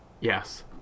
Yes